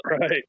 Right